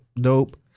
dope